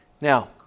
Now